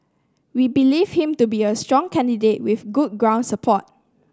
we believe him to be a strong candidate with good ground support